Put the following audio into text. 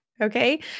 Okay